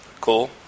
Cool